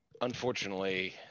unfortunately